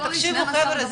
תקשיבו חבר'ה,